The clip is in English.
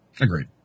Agreed